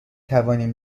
توانیم